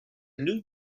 new